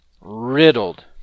riddled